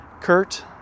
Kurt